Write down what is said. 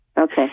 Okay